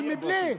אבל בלי,